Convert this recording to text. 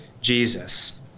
Jesus